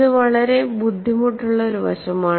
ഇത് വളരെ ബുദ്ധിമുട്ടുള്ള ഒരു വശമാണ്